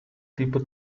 tipo